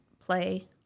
play